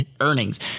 earnings